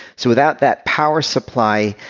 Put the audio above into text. so without that power supply,